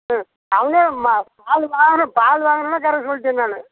ம் அவங்க ம பால் வாங் பால் வாங்குனோடனே கறக்க சொல்லிட்டேன் நான்